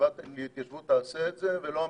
שהחטיבה להתיישבות תעשה את זה ולא הממונה,